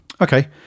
Okay